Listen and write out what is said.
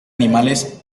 animales